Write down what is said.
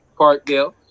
Parkdale